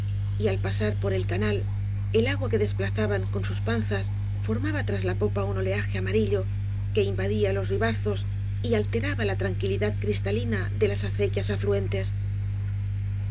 y al pasar por ei canal el agua que desplazaban con sus panzas formaba tras la popa un oleaje amarillo que invadía los ribazos y alteraba la tranquilidad cristalina de las acequias afluentes